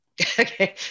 Okay